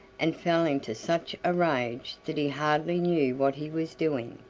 and fell into such a rage that he hardly knew what he was doing.